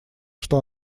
что